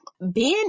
Ben